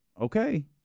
okay